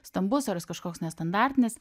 stambus ar jis kažkoks nestandartinis